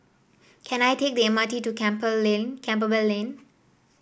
can I take the M R T to Camper Lane Campbell Lane